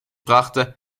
brachte